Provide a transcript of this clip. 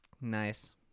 Nice